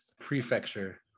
prefecture